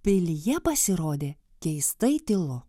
pilyje pasirodė keistai tylu